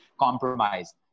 compromised